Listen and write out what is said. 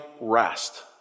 rest